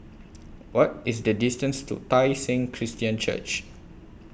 What IS The distance to Tai Seng Christian Church